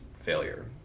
failure